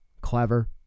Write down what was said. Clever